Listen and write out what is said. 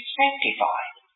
sanctified